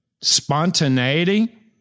Spontaneity